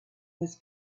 was